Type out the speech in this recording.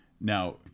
Now